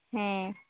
ᱦᱮᱸ